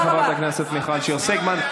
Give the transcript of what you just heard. תודה רבה לחברת הכנסת מיכל שיר סגמן.